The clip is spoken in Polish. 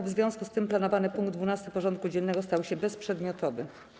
W związku z tym planowany punkt 12. porządku dziennego stał się bezprzedmiotowy.